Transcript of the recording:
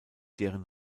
deren